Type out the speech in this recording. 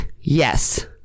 yes